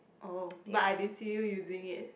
oh but I didn't see you using it